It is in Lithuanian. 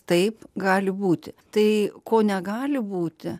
taip gali būti tai ko negali būti